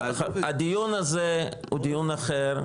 הדיון הזה הוא דיון אחר,